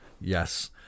Yes